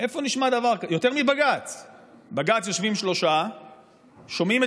ישיבה בוועדת העבודה והרווחה בנוגע